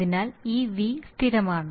അതിനാൽ ഈ v സ്ഥിരമാണ്